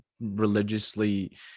religiously